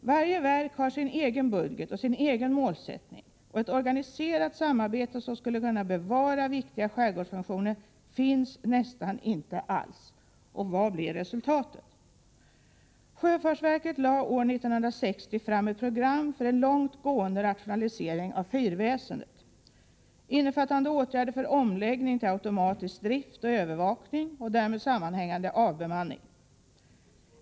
Varje verk har sin egen budget och sin egen målsättning, och ett organiserat samarbete som skulle kunna bevara viktiga skärgårdsfunktioner finns egentligen inte alls. Vad blir resultatet? Sjöfartsverket lade år 1960 fram ett program för en långt gående rationalisering av fyrväsendet, innefattande åtgärder för omläggning till automatisk drift och övervakning och därmed sammanhängande avbemanning.